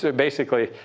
so basically,